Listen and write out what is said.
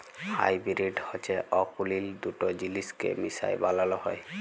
hybrid হছে অকুলীল দুট জিলিসকে মিশায় বালাল হ্যয়